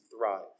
thrive